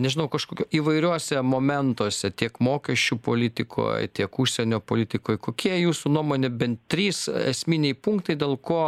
nežinau kažkokio įvairiuose momentuose tiek mokesčių politikoj tiek užsienio politikoj kokie jūsų nuomone bent trys esminiai punktai dėl ko